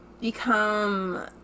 become